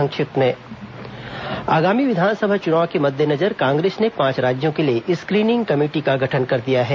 संक्षिप्त समाचार आगामी विधानसभा चुनाव के मद्देनजर कांग्रेस ने पांच राज्यों के लिए स्क्रीनिंग कमेटी का गठन कर दिया है